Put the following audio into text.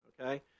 okay